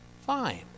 Fine